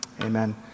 Amen